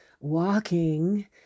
walking